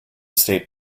state